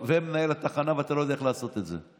וממנהל התחנה ואתה לא יודע איך לעשות את זה.